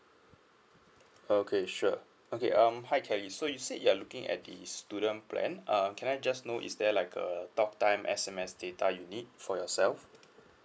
okay sure okay um hi kelly so you said you are looking at the student plan uh can I just know is there like a talk time S_M_S data you need for yourself